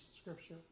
scripture